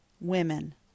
women